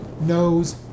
knows